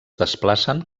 desplacen